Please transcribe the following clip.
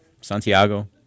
Santiago